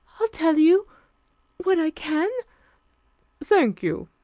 i'll tell you what i can thank you.